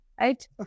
right